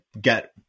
get